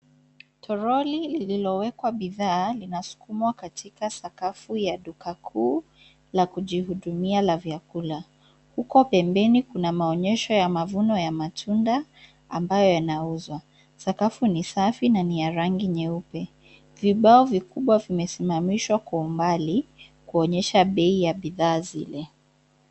Toroli lililowekwa bidhaa linasukumwa katika sakafu ya duka kuu la kujihudumia la vyakula. Huko pembeni kuna maonyesho ya mavuno ya matunda ambayo yanauzwa. Sakafu ni safi na ni ya rangi nyeupe. Vibao vikubwa vimesimamishwakwa umbali kuonyesha bei ya bishaa zile.